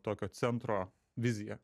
tokio centro vizija